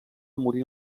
morint